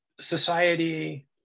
society